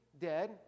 dead